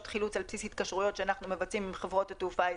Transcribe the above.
חילוץ על בסיס התקשרויות שאנחנו מבצעים עם חברות התעופה הישראליות.